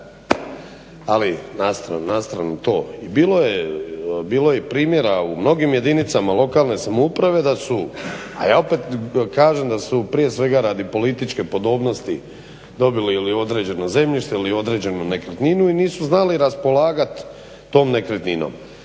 Ali na stranu to. I bilo je i primjera u mnogim jedinicama lokalne samouprave, a ja opet kažem da su prije svega radi političke podobnosti dobili ili određeno zemljište ili određenu nekretninu i nisu znali raspolagat tom nekretninom.